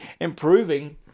improving